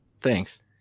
Thanks